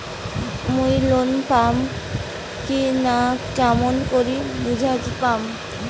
মুই লোন পাম কি না কেমন করি বুঝা পাম?